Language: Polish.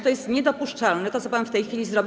To jest niedopuszczalne - to, co pan w tej chwili zrobił.